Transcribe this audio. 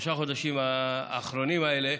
בשלושת החודשים האחרונים האלה,